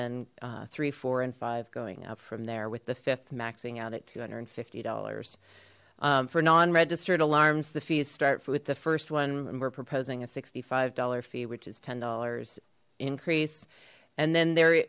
then three four and five going up from there with the fifth maxing out at two hundred and fifty dollars for non registered alarms the fees start with the first one and we're proposing a sixty five dollars fee which is ten dollars increase and then there